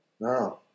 No